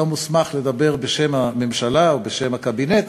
לא מוסמך לדבר בשם הממשלה ובשם הקבינט,